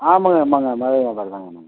ஆமாங்க ஆமாங்க மர வியாபாரிதாங்க நாங்கள்